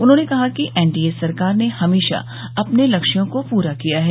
उन्होंने कहा कि एनडीए सरकार ने हमेशा अपने लक्ष्यों को पूरा किया है